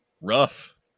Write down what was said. Rough